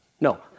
No